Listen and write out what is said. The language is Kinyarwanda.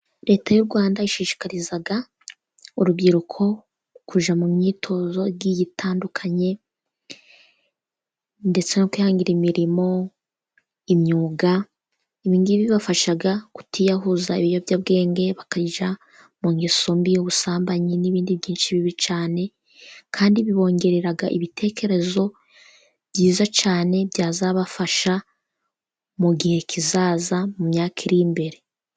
Leta y'u rwanda ishishikariza urubyiruko kujya mu myitozo igiye itandukanye, ndetse no kwihangira imirimo, Imyuga. Ibingibi bibafasha kutiyahuza ibiyobyabwenge bakajya mu ngeso mbi y'ubusambanyi, n'ibindi byinshi bibi cyane, kandi bibongerera ibitekerezo byiza cyane, byazabafasha mu gihe kizaza mu myaka iri imbere.